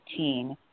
18